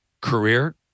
career